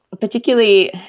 particularly